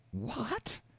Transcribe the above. what?